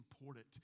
important